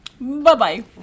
Bye-bye